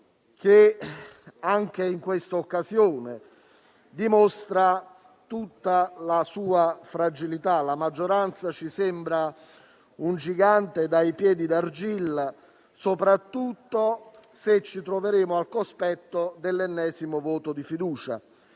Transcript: che anche in questa occasione dimostrano tutta la loro fragilità. La maggioranza ci sembra infatti un gigante dai piedi d'argilla, soprattutto se ci troveremo al cospetto dell'ennesimo voto di fiducia.